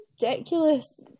ridiculous